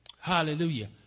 Hallelujah